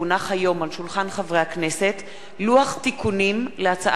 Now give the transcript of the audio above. כי הונח היום על שולחן הכנסת לוח תיקונים להצעת